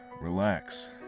relax